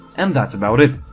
and that's about it!